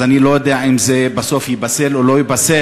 אז אני לא יודע אם זה בסוף ייפסל או לא ייפסל,